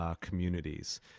communities